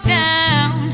down